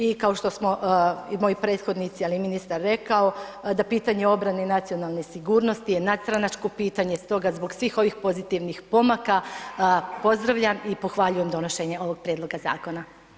I kao što smo i moji prethodnici, ali i ministar rekao, da pitanje obrane i nacionalne sigurnosti je nadstranačko pitanje stoga zbog svih ovih pozitivnih pomaka pozdravljam i pohvaljujem donošenje ovog prijedloga zakona.